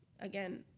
Again